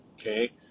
okay